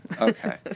Okay